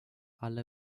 alle